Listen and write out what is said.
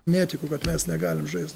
netikiu kad mes negalim žaist